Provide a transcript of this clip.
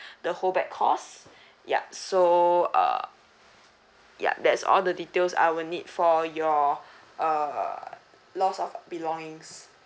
the whole bag cost yeah so uh ya that's all the details I will need for your uh lost of belongings